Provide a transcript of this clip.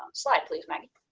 slide please maggie.